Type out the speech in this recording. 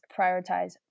prioritize